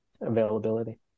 availability